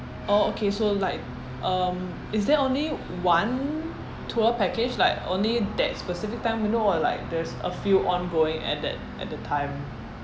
oh okay so like um is there only one tour package like only that specific time window or like there's a few ongoing at that at that time